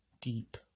deep